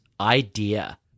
idea